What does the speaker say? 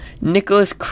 Nicholas